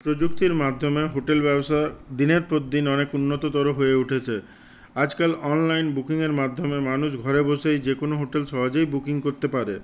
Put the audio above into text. প্রযুক্তির মাধ্যমে হোটেল ব্যবসা দিনের পর দিন অনেক উন্নততর হয়ে উঠেছে আজকাল অনলাইন বুকিংয়ের মাধ্যমে মানুষ ঘরে বসেই যে কোনো হোটেল সহজেই বুকিং করতে পারে